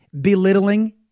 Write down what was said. belittling